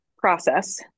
Process